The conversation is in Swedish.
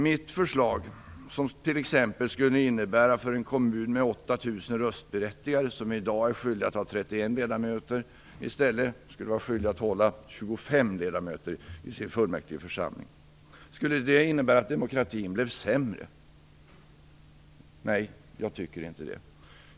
Mitt förslag innebär att en kommun med 8 000 röstberättigade - som i dag är skyldig att hålla 31 ledamöter - i stället skulle vara skyldig att hålla 25 ledamöter i sin fullmäktigeförsamling. Skulle det innebära att demokratin blev sämre? Nej, jag tycker inte det.